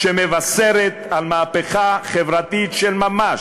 שמבשרת מהפכה חברתית של ממש,